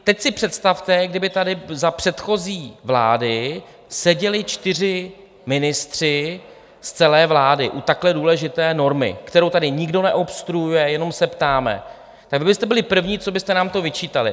Teď si představte, kdyby tady za předchozí vlády seděli čtyři ministři z celé vlády u takhle důležité normy, kterou tady nikdo neobstruuje, jenom se ptáme, vy byste byli první, co byste nám to vyčítali.